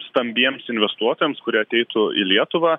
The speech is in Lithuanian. stambiems investuotojams kurie ateitų į lietuvą